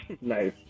Nice